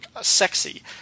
sexy